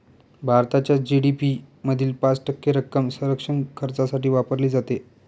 भारताच्या जी.डी.पी मधील पाच टक्के रक्कम संरक्षण खर्चासाठी वापरली जाते